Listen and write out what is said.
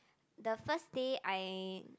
the first day I